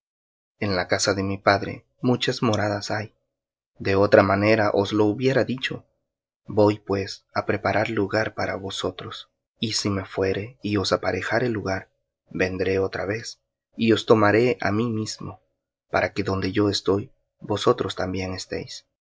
en la casa de mi padre muchas moradas hay de otra manera os hubiera dicho voy pues á preparar lugar para vosotros y si me fuere y os aparejare lugar vendré otra vez y os tomaré á mí mismo para que donde yo estoy vosotros también estéis